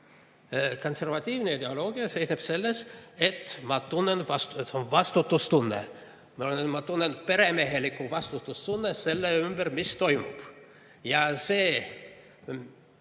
Konservatiivne ideoloogia seisneb selles, et ma tunnen vastutust. See on vastutustunne. Ma tunnen peremehelikku vastutustunnet selle suhtes, mis toimub.